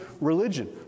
religion